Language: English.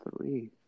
Three